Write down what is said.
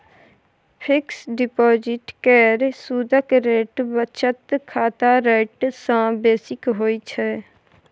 fix deposit केर सुदक rate बचत खाताक रेट सँ बेसी होइ छै